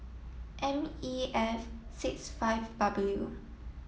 M E F six five W